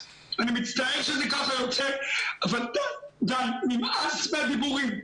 אני מצטער שאני כך יוצא, אבל די, נמאס מהדיבורים.